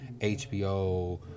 HBO